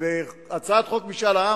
בהצעת חוק משאל עם